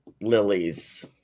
lilies